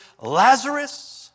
Lazarus